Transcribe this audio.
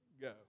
go